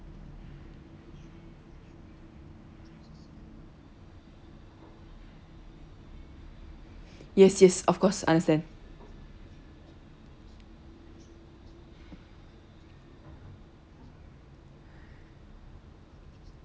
yes yes of course understand